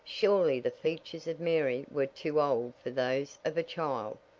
surely the features of mary were too old for those of a child.